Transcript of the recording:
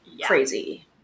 crazy